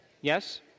Yes